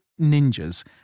ninjas